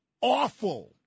awful